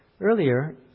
Earlier